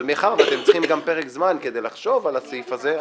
אבל מאחר ואתם צריכים גם פרק זמן כדי לחשוב על הסעיף הזה,